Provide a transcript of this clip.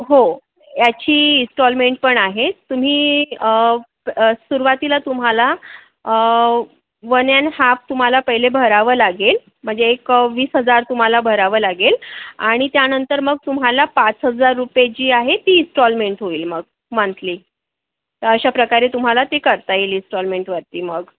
हो याची इस्टॉलमेंट पण आहे तुम्ही प सुरुवातीला तुम्हाला वन ॲन हाफ तुम्हाला पहिले भरावं लागेल म्हणजे एक वीस हजार तुम्हाला भरावं लागेल आणि त्यानंतर मग तुम्हाला पाच हजार रूपये जी आहे ती इस्टॉलमेंट होईल मग मंथली तर अशाप्रकारे तुम्हाला ती करता येईल इस्टॉलमेंटवरती मग